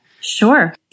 Sure